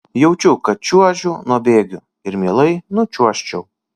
jaučiu kad čiuožiu nuo bėgių ir mielai nučiuožčiau